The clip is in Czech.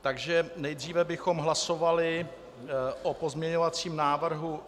Takže nejdříve bychom hlasovali o pozměňovacím návrhu B20.